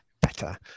better